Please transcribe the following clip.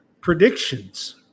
predictions